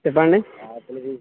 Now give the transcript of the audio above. చెప్పండి